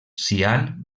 cian